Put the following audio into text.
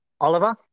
Oliver